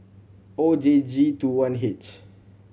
O J G Two one H